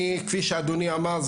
כפי שאדוני אמר,